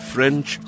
French